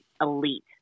elite